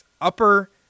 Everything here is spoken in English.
upper